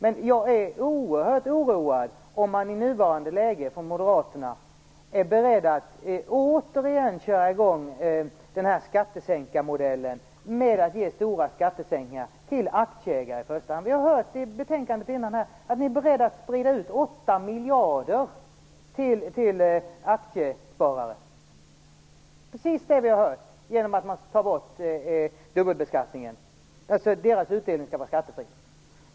Men jag är oerhört oroad om man från Moderaterna i nuvarande läge är beredd att återigen köra igång den här skattesänkarmodellen; att ge stora skattesänkningar till i första hand aktieägarna. Vi hörde i samband med det tidigare betänkandet att ni är beredda att sprida ut 8 miljarder kronor till aktiesparare genom att ta bort dubbelbeskattning. Utdelningen skall vara skattefri.